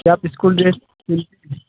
क्या आप school dress सिल